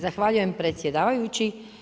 Zahvaljujem predsjedavajući.